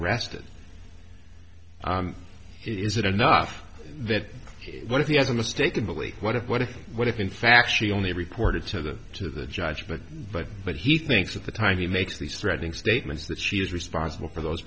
arrested is it enough that one of the other mistaken belief what if what if what if in fact she only reported to the to the judge but but but he thinks at the time he makes these threatening statements that she is responsible for those